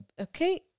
okay